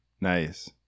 Nice